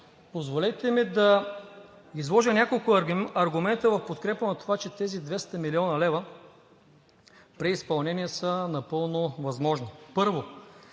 Позволете ми да изложа няколко аргумента в подкрепа на това, че тези 200 млн. лв. преизпълнение са напълно възможни. Първо,